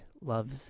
loves